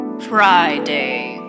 Friday